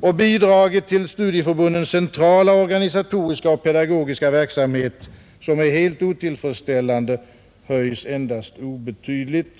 Och bidraget till studieförbundens centrala organisatoriska och pedagogiska verksamhet, som är helt otillfredsställande, höjs endast obetydligt.